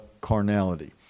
carnality